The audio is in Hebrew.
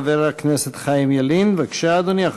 חבר הכנסת חיים ילין, בבקשה, אדוני.